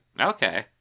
Okay